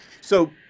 So-